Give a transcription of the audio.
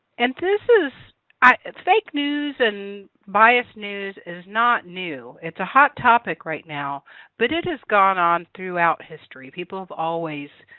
and this is fake news and biases news is not new. it's a hot topic right now but it has gone on throughout history. people have always,